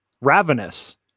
Ravenous